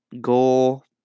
goal